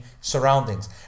surroundings